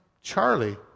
Charlie